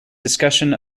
discussion